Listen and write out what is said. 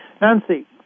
Nancy